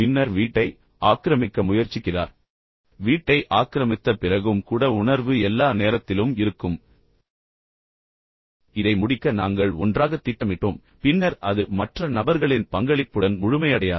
பின்னர் வீட்டை ஆக்கிரமிக்க முயற்சிக்கிறார் வீட்டை ஆக்கிரமித்த பிறகும் கூட உணர்வு எல்லா நேரத்திலும் இருக்கும் இதை முடிக்க நாங்கள் ஒன்றாகத் திட்டமிட்டோம் பின்னர் அது மற்ற நபர்களின் பங்களிப்புடன் முழுமையடையாது